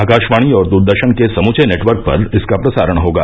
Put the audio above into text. आकाशवाणी और दूरदर्शन के समूचे नटवर्क पर इसका प्रसारण होगा